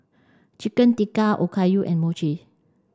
Chicken Tikka Okayu and Mochi